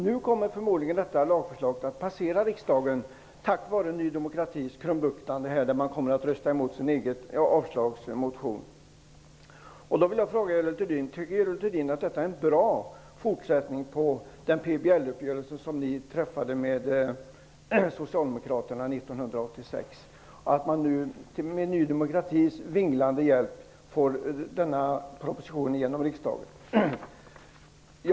Nu kommer förmodligen detta lagförslag att passera riksdagen tack vare Ny demokratis krumbuktande, som innebär att man kommer att rösta emot sin egen avslagsmotion. Tycker Görel Thurdin att det är en bra fortsättning på PBL uppgörelsen med Socialdemokraterna 1986, att ni nu med Ny demokratis vinglande hjälp får igenom propositionen i riksdagen?